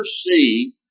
see